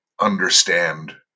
understand